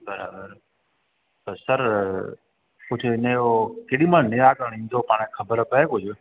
बराबरि त सर कुझु हिन जो श्री मान नया हिन जो पाण खे ख़बर पए कुझु